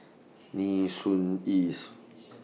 Nee Soon East